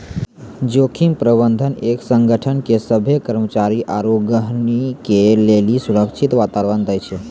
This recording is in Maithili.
जोखिम प्रबंधन एक संगठन के सभ्भे कर्मचारी आरू गहीगी के लेली सुरक्षित वातावरण दै छै